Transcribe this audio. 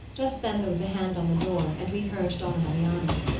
just then there was a hand on the door and we heard donna marianna.